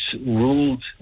ruled